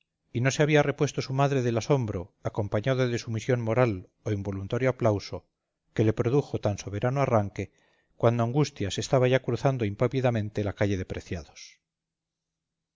y no se había repuesto su madre del asombro acompañado de sumisión moral o involuntario aplauso que le produjo tan soberano arranque cuando angustias estaba ya cruzando impávidamente la calle de preciados